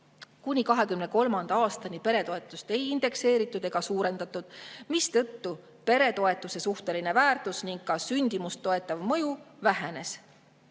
Kuni 2023. aastani peretoetust ei indekseeritud ega suurendatud, mistõttu peretoetuse suhteline väärtus ning ka sündimust toetav mõju vähenes.